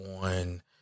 on